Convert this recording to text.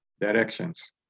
directions